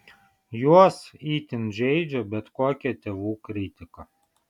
juos itin žeidžia bet kokia tėvų kritika